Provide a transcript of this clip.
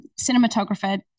cinematographer